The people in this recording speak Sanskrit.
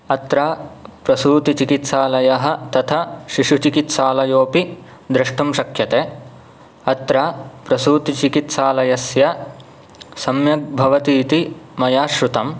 अत्र प्रसूतिचिकित्सालयः तथा शिशुचिकित्सालयोपि दृष्टुं शक्यते अत्र प्रसूतिचिकित्सालयस्य सम्यक् भवतीति मया श्रुतम्